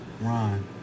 Ron